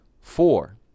Four